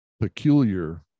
peculiar